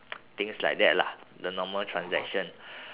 things like that lah the normal transaction